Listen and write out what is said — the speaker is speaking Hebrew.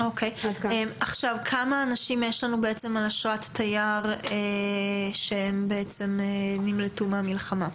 כמה אנשים יש לנו באשרת תייר והם נמלטו מהמלחמה?